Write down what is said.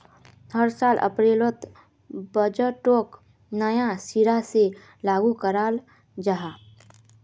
हर साल अप्रैलोत बजटोक नया सिरा से लागू कराल जहा